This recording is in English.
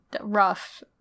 rough